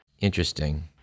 Interesting